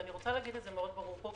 ואני רוצה להגיד את זה מאוד ברור פה,